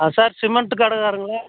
sir cement கடை காரர்ருங்களா